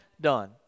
done